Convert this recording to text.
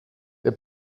der